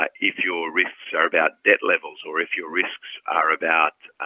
ah if your risks are about debt levels or if your risks are about